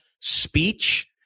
speech